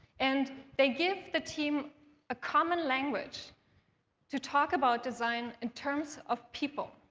and they give the team a common language to talk about design in terms of people.